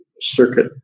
circuit